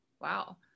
wow